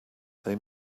they